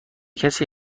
کسی